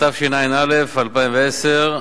התשע"א 2010,